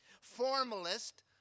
Formalist